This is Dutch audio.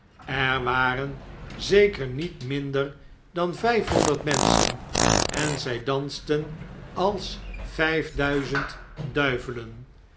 er waren zeker niet minder dan vijfhonderd menschen en zij dansten als vjjf duizend duivelen